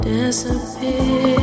Disappear